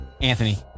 Anthony